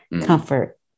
comfort